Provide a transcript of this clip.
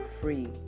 free